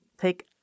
take